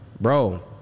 bro